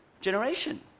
generation